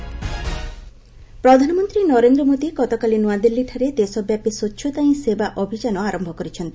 PM ସ୍ୱଚ୍ଛତା ପ୍ରଧାନମନ୍ତ୍ରୀ ନରେନ୍ଦ୍ର ମୋଦି ଗତକାଲି ନୁଆଦିଲ୍ଲୀଠାରେ ଦେଶବ୍ୟାପୀ ସ୍ୱଚ୍ଛତା ହିଁ ସେବା ଅଭିଯାନ ଆରମ୍ଭ କରିଛନ୍ତି